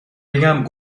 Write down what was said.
بگویم